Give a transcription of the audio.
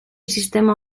sistema